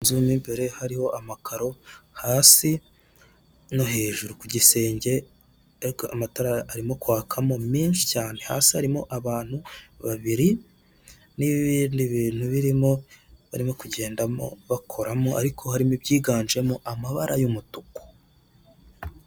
Inzu mimbere hariho amakaro hasi no hejuru ku gisenge amatara ari kwaka menshi cyane hasi harimo abantu babiri n'ibindi bintu birimo kugendamo bakoramo, ariko hari ibyiganjemo amabara y'umutuku.